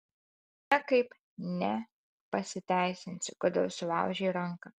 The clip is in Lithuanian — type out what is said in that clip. niekaip ne pasiteisinsi kodėl sulaužei ranką